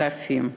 צפים,